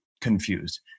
confused